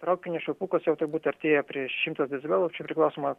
traukinio švilpukas jau turbūt artėja prie šimto decibelų čia priklausoma